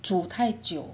煮太久